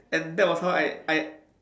and that was how I I